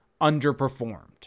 underperformed